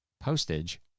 postage